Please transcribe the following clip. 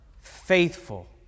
faithful